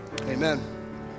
Amen